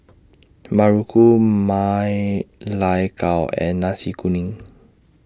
Muruku Ma Lai Gao and Nasi Kuning